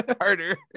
harder